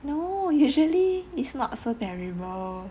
no usually it's not so terrible